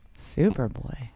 Superboy